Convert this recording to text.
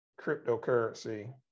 cryptocurrency